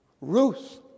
Ruth